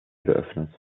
geöffnet